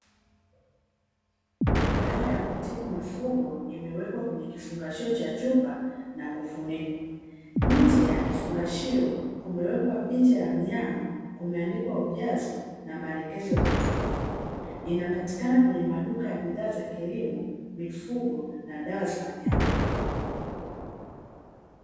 Dawa ya kutibu mifugo imewekwa kwenye kifungashio cha chupa na kufunikwa. Nje ya kifungashio kumewekwa picha ya mnyama, kumeandikwa ujazo na maelekezo ya kutumia. Inapatikana kwenye maduka ya bidhaaa za kilimo, mifugo na dawa za wanyama.